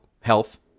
health